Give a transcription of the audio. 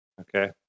Okay